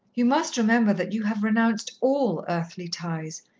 you must remember that you have renounced all earthly ties,